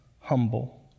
Humble